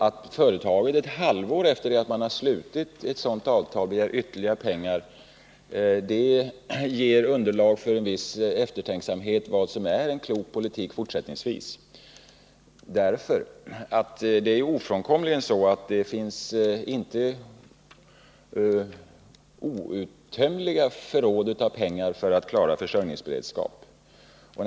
Att företaget ett halvår efter att man har slutit ett sådant avtal begär ytterligare pengar ger underlag för en viss eftertänksamhet beträffande vad som är klok politik fortsättnings Nr 86 vis — det finns ju inte outtömliga förråd av pengar för att klara försörjnings Fredagen den beredskapen.